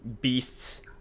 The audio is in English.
beasts